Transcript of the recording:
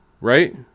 right